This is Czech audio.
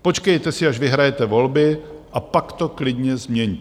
Počkejte si, až vyhrajete volby a pak to klidně změňte.